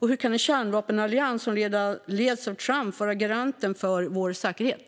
Hur kan en kärnvapenallians som leds av Trump vara garanten för vår säkerhet?